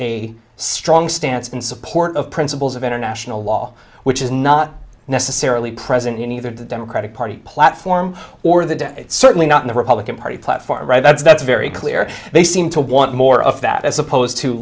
a strong stance in support of principles of international law which is not necessarily present in either the democratic party platform or the dead certainly not in the republican party platform that's that's very clear they seem to want more of that as opposed to